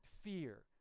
fear